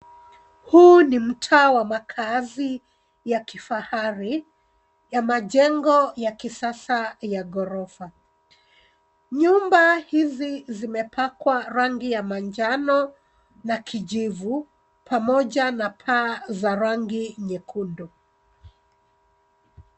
Huu ni mtaa wa makaazi ya kifahari, ya majengo ya kisasa ya ghorofa. Nyumba hizi zimepakwa rangi ya manjano na kijivu, pamoja na paa za rangi nyekundu.